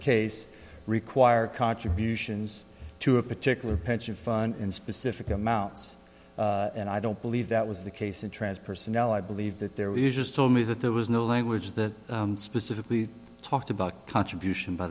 case require contributions to a particular pension fund in specific amounts and i don't believe that was the case in transpersonal i believe that there were you just told me that there was no language that specifically talked about contribution by